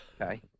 okay